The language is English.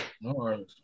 no